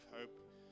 hope